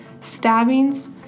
stabbings